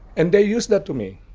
and they use that to me.